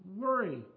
worry